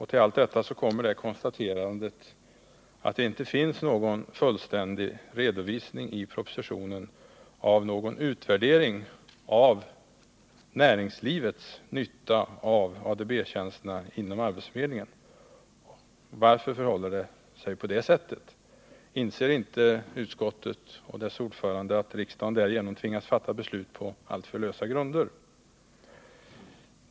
Till allt detta kommer konstaterandet att det inte finns en fullständig redovisning i propositionen av någon utvärdering av näringslivets nytta av ADB-tjänsterna inom arbetsförmedlingen. Varför förhåller det sig på det sättet? Inser inte utskottet och dess ordförande att riksdagen därigenom tvingas fatta beslut på alltför lösa grunder?